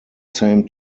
same